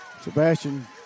Sebastian